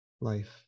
life